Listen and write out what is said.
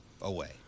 away